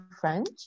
French